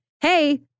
hey